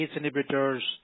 inhibitors